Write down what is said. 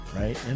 right